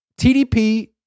TDP